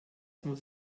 muss